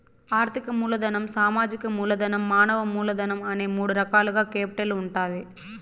ఆర్థిక మూలధనం, సామాజిక మూలధనం, మానవ మూలధనం అనే మూడు రకాలుగా కేపిటల్ ఉంటాది